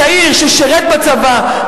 צעיר ששירת בצבא,